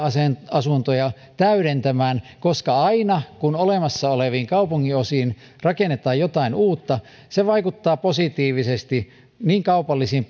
asuntoja täydentämään koska aina kun olemassa oleviin kaupungin osiin rakennetaan jotain uutta se vaikuttaa positiivisesti niin kaupallisiin